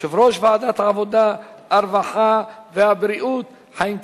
יושב-ראש ועדת העבודה, הרווחה והבריאות חיים כץ.